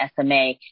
SMA